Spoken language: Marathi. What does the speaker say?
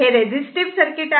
हे रेझिस्टिव्ह सर्कीट आहे